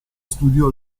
studiò